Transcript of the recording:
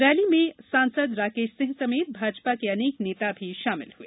rally में सांसद राकेश सिंह समेत भाजपा के अनेक नेता भी शामिल हुए